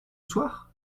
soir